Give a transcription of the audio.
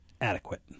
adequate